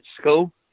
school